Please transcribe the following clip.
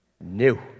New